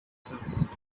service